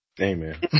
Amen